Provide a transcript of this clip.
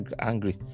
angry